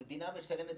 בסוף המדינה משלמת